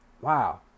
wow